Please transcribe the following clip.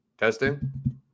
Testing